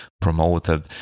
promoted